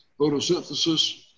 photosynthesis